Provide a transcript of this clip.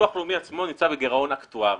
הביטוח הלאומי עצמו נמצא בגירעון אקטוארי.